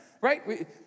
right